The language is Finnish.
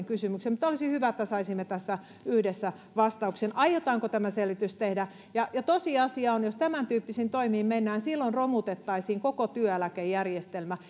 kysymyksen mutta olisi hyvä että saisimme tässä yhdessä vastauksen siihen aiotaanko tämä selvitys tehdä ja ja tosiasia on että jos tämäntyyppisiin toimiin mennään niin silloin romutettaisiin koko työeläkejärjestelmä